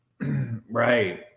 Right